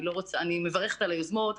אני מברכת על היוזמות.